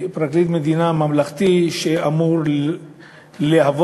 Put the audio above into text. פרקליט מדינה ממלכתי, שאמור להוות